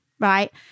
Right